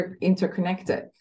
interconnected